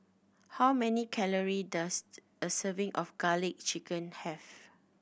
how many calory does a serving of Garlic Chicken have